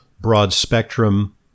broad-spectrum